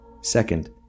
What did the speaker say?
Second